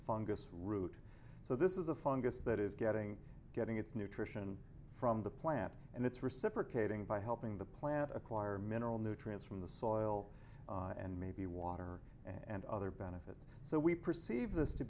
fungus root so this is a fungus that is getting getting its nutrition from the plant and it's reciprocating by helping the plant acquire mineral nutrients from the soil and maybe water and other benefits so we perceive this to